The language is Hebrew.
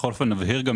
בכל אופן נבהיר גם,